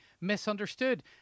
misunderstood